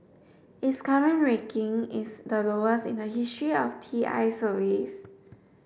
its current ranking is the lowest in the history of T I's surveys